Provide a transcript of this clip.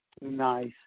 nice